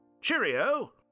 Cheerio